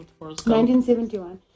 1971